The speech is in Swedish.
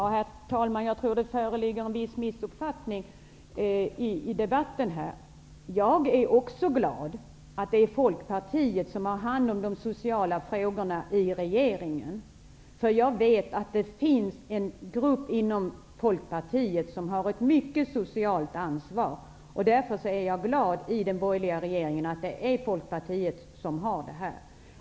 Herr talman! Jag tror att det föreligger en viss missuppfattning i debatten. Jag är också glad åt att det är Folkpartiet som har hand om de sociala frågorna i regeringen. Jag vet att det finns en grupp inom Folkpartiet som har ett stort socialt ansvar. Därför är jag glad åt att det i den borgerliga regeringen är Folkpartiet som har hand om dessa frågor.